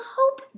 hope